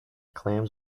clams